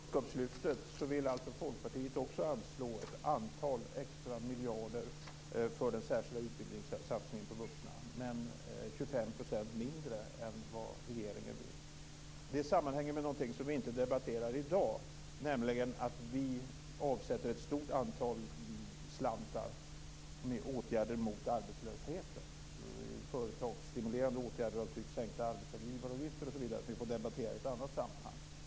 Fru talman! När det gäller kunskapslyftet vill Folkpartiet också anslå ett antal extra miljarder för den särskilda utbildningssatsningen på vuxna, men 25 % mindre än vad regeringen vill. Det sammanhänger med någonting som vi inte debatterar i dag, nämligen att vi avsätter ett stort antal slantar till åtgärder mot arbetslösheten. Det är företagsstimulerande åtgärder av typen sänkta arbetsgivaravgifter osv., som vi får debattera i ett annat sammanhang.